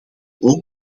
ook